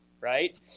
right